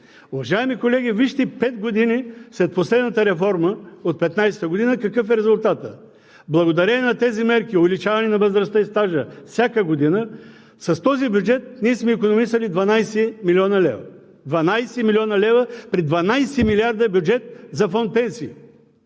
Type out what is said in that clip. Уважаеми колеги, вижте пет години след последната реформа от 2015 г. какъв е резултатът. Благодарение на тези мерки – увеличаване на възрастта и стажа всяка година, с този бюджет ние сме икономисали 12 млн. лв. Дванадесет милиона лева при 12 милиарда бюджет за фонд „Пенсии“!?